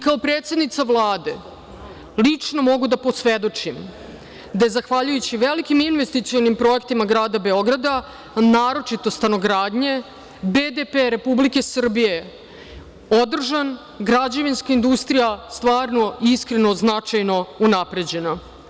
Kao predsednica Vlade lično mogu da posvedočim da je, zahvaljujući velikim investicionim projektima Grada Beograda, naročito stanogradnje, BDP Republike Srbije održan, građevinska industrija stvarno, iskreno i značajno unapređena.